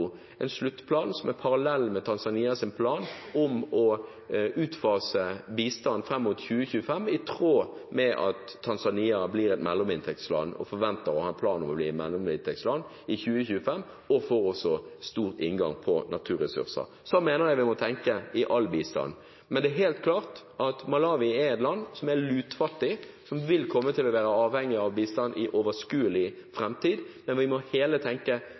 en sluttplan som er parallell med Tanzanias plan om å utfase bistand fram mot 2025, i tråd med at Tanzania forventer å ha en plan for å bli et mellominntektsland i 2025 og får også stor inngang på naturressurser. Slik mener jeg vi bør tenke når det gjelder all bistand. Det er helt klart at Malawi er et land som er lutfattig, og som vil komme til å være avhengig av bistand i overskuelig framtid, men vi må hele tiden tenke